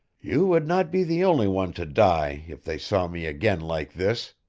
you would not be the only one to die if they saw me again like this.